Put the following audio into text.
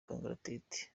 kangaratete